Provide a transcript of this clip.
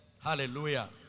Hallelujah